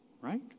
Right